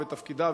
בתפקידה,